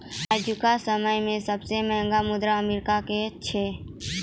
आजुका समय मे सबसे महंगा मुद्रा अमेरिका के छै